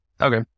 okay